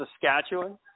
Saskatchewan